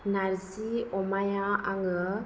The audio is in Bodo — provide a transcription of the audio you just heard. नारजि अमाया आङो